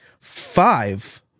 five